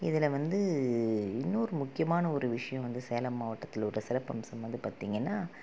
இதில் வந்து இன்னொரு முக்கியமான ஒரு விஷயம் வந்து சேலம் மாவட்டத்தில் உள்ள சிறப்பம்சம் வந்து பார்த்திங்கன்னா